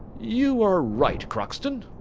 you are right, crockston.